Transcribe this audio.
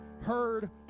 heard